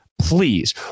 please